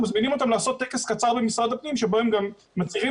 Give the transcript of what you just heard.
הם מזמינים אותם לעשות טקס קצר במשרד הפנים שבו הם גם מצהירים